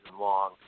long